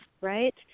right